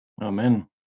Amen